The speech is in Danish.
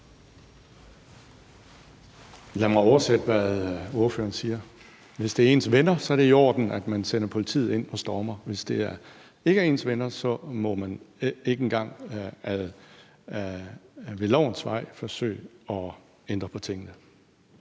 Lad mig oversætte, hvad ordføreren siger: Hvis det er ens venner, er det i orden, at man sender politiet ind og stormer, men hvis det ikke er ens venner, må man ikke engang ad lovens vej forsøge at ændre på tingene.